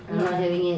not having it